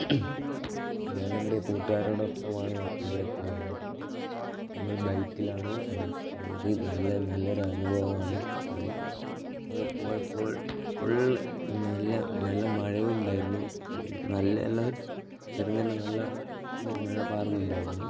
ഞാൻ എൻ്റെ കൂട്ടുകാരോടൊപ്പമാണ് അവിടെ പോയത് നമ്മൾ ബൈക്കിലാണ് അവിടെ പോയത് നല്ല നല്ലൊരനുഭവാണ് അത് അവിടെ പോയപ്പോൾ ഫുൾ നല്ല നല്ല മഴയുണ്ടായിരുന്നു നല്ല അല്ല ചെറുങ്ങനെ നല്ല മഴ പാറുന്നുണ്ടായിരുന്നു